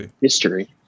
history